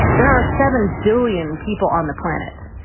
there are seven billion people on the planet.